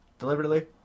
Deliberately